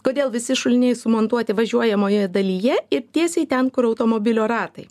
kodėl visi šuliniai sumontuoti važiuojamoje dalyje ir tiesiai ten kur automobilio ratai